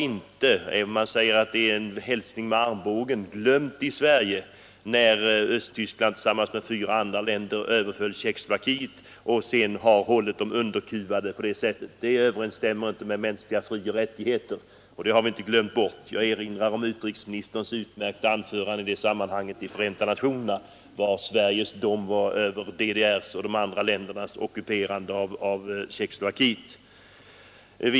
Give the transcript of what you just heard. Vi har här i Sverige inte glömt hur Östtyskland tillsammans med fyra andra länder överföll Tjeckoslovakien och hur man sedan hållit det landet underkuvat på sätt som skett. Det överensstämmer inte med de mänskliga frioch rättigheterna. Jag erinrar i sammanhanget om utrikesministerns utmärkta anförande i Förenta nationerna med Sveriges dom över DDR och de andra länderna som då ockuperade Tjeckoslovakien.